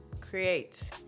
create